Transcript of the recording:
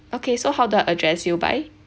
okay so how do I address you by